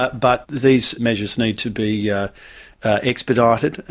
but but these measures need to be yeah expedited,